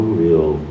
real